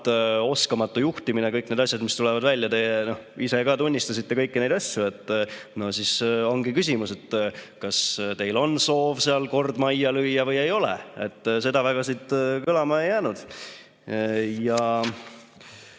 oskamatu juhtimine, kõik need asjad, mis tulevad välja. Te ise ka tunnistasite kõiki neid asju. Siis ongi küsimus, kas teil on soov seal kord majja lüüa või ei ole. Seda siit väga kõlama ei jäänud.